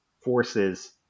forces